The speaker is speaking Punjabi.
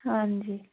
ਹਾਂਜੀ